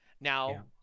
Now